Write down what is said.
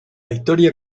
historia